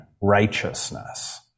righteousness